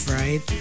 right